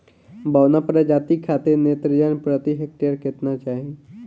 बौना प्रजाति खातिर नेत्रजन प्रति हेक्टेयर केतना चाही?